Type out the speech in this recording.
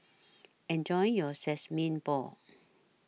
Enjoy your Sesame Balls